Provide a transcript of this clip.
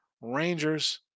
Rangers